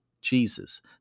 Jesus